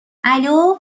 الو